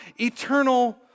eternal